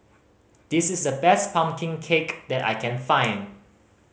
this is the best pumpkin cake that I can find